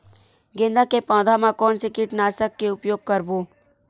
गेंदा के पौधा म कोन से कीटनाशक के उपयोग करबो?